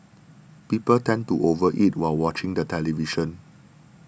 people tend to over eat while watching the television